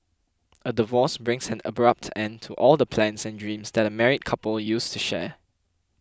a divorce brings an abrupt end to all the plans and dreams that a married couple used to share